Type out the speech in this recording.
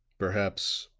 perhaps,